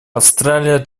австралия